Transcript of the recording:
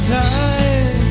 time